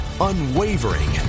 unwavering